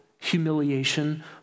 Humiliation